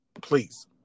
Please